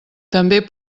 també